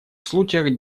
случаях